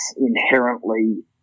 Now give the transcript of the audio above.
inherently